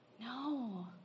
No